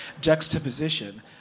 juxtaposition